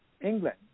England